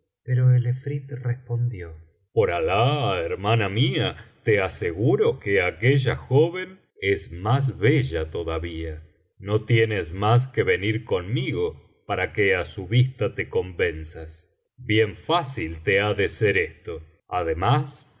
respondió por alah hermana mía te aseguro que aquella joven es más bella todavía no tienes mas que venir conmigo para que á su vista te convenzas bien fácil te ha de ser esto además